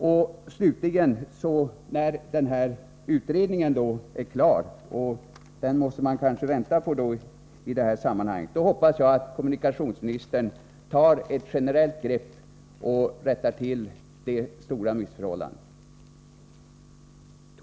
När utredningen slutligen är klar — den måste man kanske vänta på i det här sammanhanget — hoppas jag att kommunikationsministern tar ett generellt grepp och rättar till det stora missförhållandet.